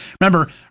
Remember